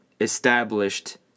established